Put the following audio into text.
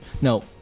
No